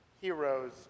Heroes